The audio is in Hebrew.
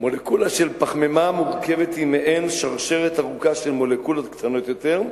מולקולה של פחמימה מורכבת היא מעין שרשרת ארוכה של מולקולות קטנות יותר,